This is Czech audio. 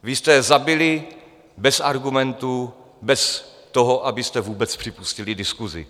Vy jste je zabili bez argumentů, bez toho, abyste vůbec připustili diskusi.